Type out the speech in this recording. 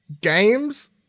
Games